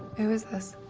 who is this?